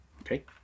Okay